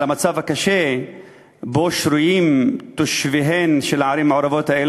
על המצב הקשה שבו שרויים תושביהן של הערים המעורבות האלה,